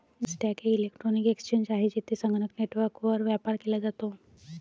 Nasdaq एक electronic exchange आहे, जेथे संगणक नेटवर्कवर व्यापार केला जातो